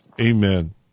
amen